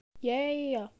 Yay